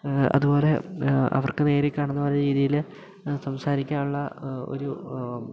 അതുപോലെ അവർക്ക് നേരിൽ കാണുന്ന രീതിയിൽ സംസാരിക്കാനുള്ള ഒരു